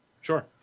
Sure